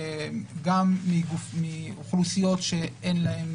גם מאוכלוסיות שאין להן